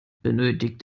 benötigt